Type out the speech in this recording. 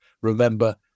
Remember